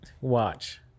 Watch